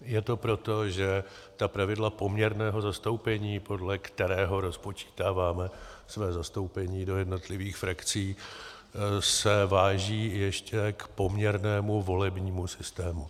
Je to proto, že pravidla poměrného zastoupení, podle kterého rozpočítáváme své zastoupení do jednotlivých frakcí, se váží ještě k poměrnému volebnímu systému.